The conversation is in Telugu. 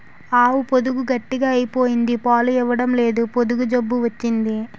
ఆవు పొదుగు గట్టిగ అయిపోయింది పాలు ఇవ్వడంలేదు పొదుగు జబ్బు వచ్చింది